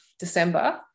December